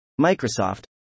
Microsoft